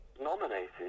nominated